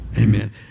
Amen